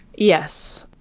yes.